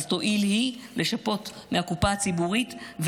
אז תואיל היא לשפות מהקופה הציבורית,